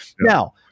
Now